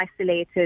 isolated